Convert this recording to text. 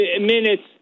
minutes